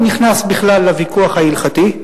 שבכלל לא נכנס לוויכוח ההלכתי,